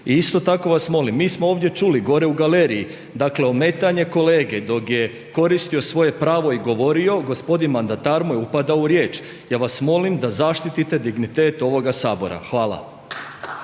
I isto tako vas molim, mi smo ovdje čuli, gore u galeriji, dakle ometanje kolege dok je koristio svoje pravo i govorio, gospodin mandatar mu je upadao u riječ. Ja vas molim da zaštite dignitet ovoga sabora. Hvala.